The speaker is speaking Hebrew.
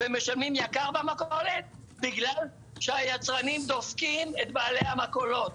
ומשלמים יקר במכולת בגלל שהיצרנים דופקים את בעלי המכולות.